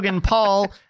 Paul